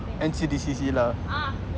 N_C_D_C_C lah